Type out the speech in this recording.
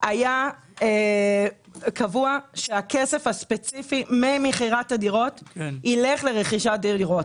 היה קבוע שהכסף הספציפי ממכירת הדירות ילך לרכישת דירות.